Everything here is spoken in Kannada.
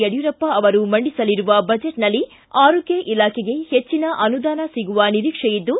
ಯಡಿಯೂರಪ್ಪ ಮಂಡಿಸಲಿರುವ ಬಜೆಚ್ನಲ್ಲಿ ಆರೋಗ್ಯ ಇಲಾಖೆಗೆ ಹೆಚ್ಚನ ಅನುದಾನ ಸಿಗುವ ನಿರೀಕ್ಷೆ ಇದ್ದು